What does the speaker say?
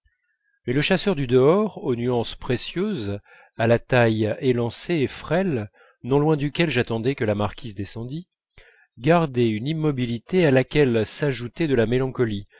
mais le chasseur du dehors aux nuances précieuses à la taille élancée et frêle non loin duquel j'attendais que la marquise descendît gardait une immobilité à laquelle s'ajoutait de la mélancolie